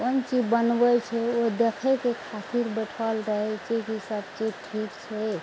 कोन चीज बनबय छै ओ देखयके खातिर बैठल रहय छै की सब चीज ठीक छै